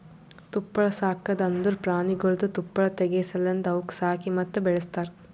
ತುಪ್ಪಳ ಸಾಕದ್ ಅಂದುರ್ ಪ್ರಾಣಿಗೊಳ್ದು ತುಪ್ಪಳ ತೆಗೆ ಸಲೆಂದ್ ಅವುಕ್ ಸಾಕಿ ಮತ್ತ ಬೆಳಸ್ತಾರ್